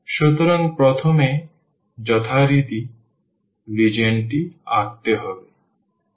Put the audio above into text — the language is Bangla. সুতরাং আমাদের প্রথমে যথারীতি রিজিওনটি আঁকতে হবে